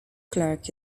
clerk